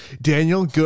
Daniel